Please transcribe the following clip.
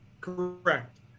Correct